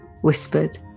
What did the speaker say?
whispered